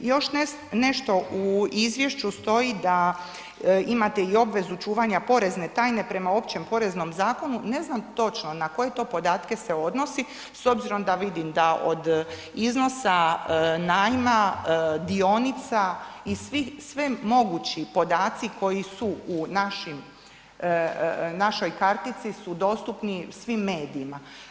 I još nešto, u izvješću stoji da imate i obvezu čuvanja porezne tajne prema Općem poreznom zakonu, ne znam točno na koje to podatke se odnosi s obzirom da vidim da od iznosa najma dionica i svi, sve mogući podaci koji su u našim, našoj kartici su dostupni svim medijima.